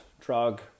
drug